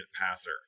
passer